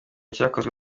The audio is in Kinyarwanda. cyakozwe